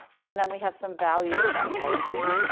and then we have some value of that policy.